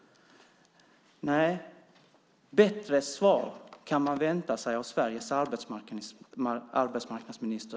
Nej, bättre svar kunde man vänta sig av Sveriges arbetsmarknadsminister.